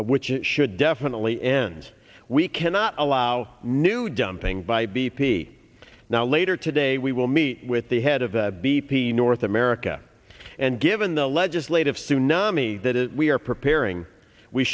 which it should definitely ends we cannot allow new dumping by b p now later today we will meet with the head of the b p north america and given the legislative tsunami that is we are preparing we